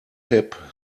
hip